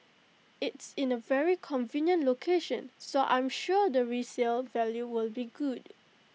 it's in A very convenient location so I'm sure the resale value will be good